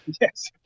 Yes